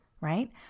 right